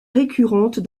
récurrente